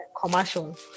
commercial